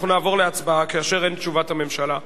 אנחנו נעבור להצבעה כאשר אין תשובת הממשלה.